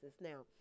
Now